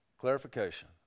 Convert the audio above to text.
clarification